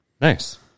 Nice